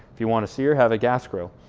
if you wanna sear have a gas grill,